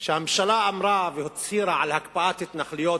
כשהממשלה הצהירה על הקפאת התנחלויות